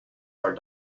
are